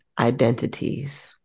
identities